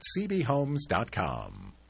cbhomes.com